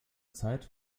zeit